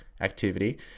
activity